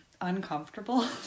uncomfortable